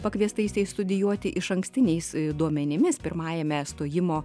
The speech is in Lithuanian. pakviestaisiais studijuoti išankstiniais duomenimis pirmajame stojimo